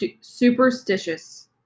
superstitious